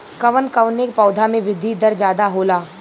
कवन कवने पौधा में वृद्धि दर ज्यादा होला?